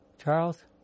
Charles